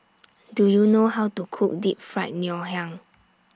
Do YOU know How to Cook Deep Fried Ngoh Hiang